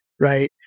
right